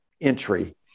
entry